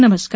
नमस्कार